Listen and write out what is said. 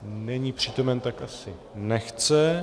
Není přítomen, tak asi nechce.